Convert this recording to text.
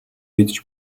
гэж